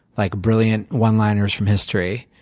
like brilliant one-liners from history